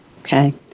Okay